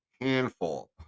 handful